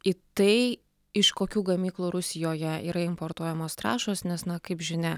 į tai iš kokių gamyklų rusijoje yra importuojamos trąšos nes na kaip žinia